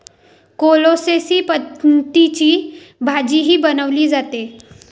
कोलोसेसी पतींची भाजीही बनवली जाते